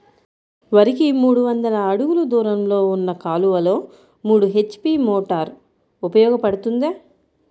వరికి మూడు వందల అడుగులు దూరంలో ఉన్న కాలువలో మూడు హెచ్.పీ మోటార్ ఉపయోగపడుతుందా?